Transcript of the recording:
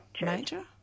major